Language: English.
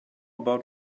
about